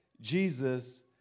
Jesus